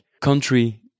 country